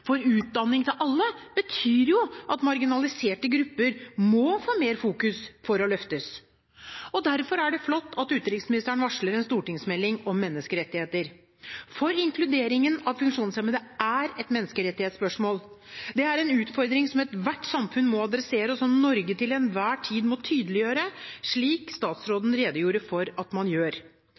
Utdanning til alle betyr at marginaliserte grupper må få mer fokus for å løftes. Derfor er det flott at utenriksministeren varsler en stortingsmelding om menneskerettigheter, for inkluderingen av funksjonshemmede er et menneskerettighetsspørsmål. Det er en utfordring som ethvert samfunn må adressere, og som Norge til enhver tid må tydeliggjøre, slik statsråden redegjorde for at man gjør.